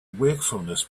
wakefulness